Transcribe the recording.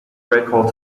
record